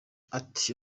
ati